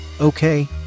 Okay